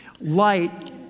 Light